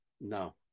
No